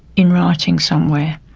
in writing somewhere.